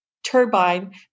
Turbine